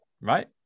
right